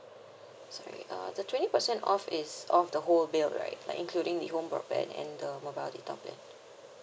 sorry uh the twenty percent off is off the whole bill right like including the home broadband and the mobile data plan